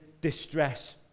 distress